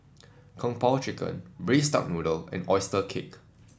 Kung Po Chicken Braised Duck Noodle and oyster cake